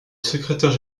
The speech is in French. secrétaire